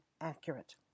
accurate